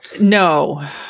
No